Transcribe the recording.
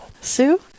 Sue